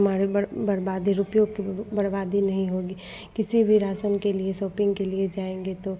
हमारे बर बर्बादी रुपयों की बर्बादी नहीं होगी किसी भी राशन के लिए शॉपिन्ग के लिए जाएँगे तो